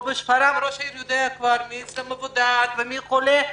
שפרעם ראש העירייה יודע כבר מי אצלם מבודד ומי חולה.